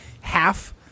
half